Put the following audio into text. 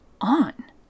on